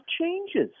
changes